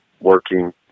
working